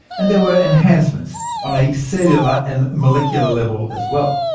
and there were enhancements on a cellular and molecular level as well.